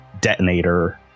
detonator